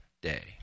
day